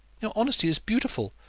your honesty is beautiful.